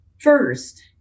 First